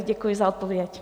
Děkuji za odpověď.